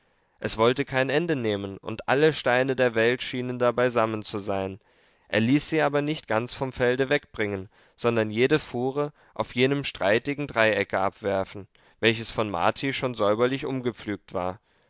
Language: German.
es wollte kein ende nehmen und alle steine der welt schienen da beisammen zu sein er ließ sie aber nicht ganz vom felde wegbringen sondern jede fuhre auf jenem streitigen dreiecke abwerfen welches von marti schon säuberlich umgepflügt war